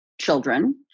children